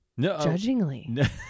judgingly